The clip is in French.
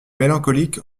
mélancolique